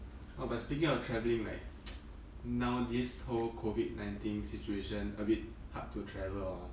oh but speaking of travelling like now this whole COVID nineteen situation a bit hard to travel hor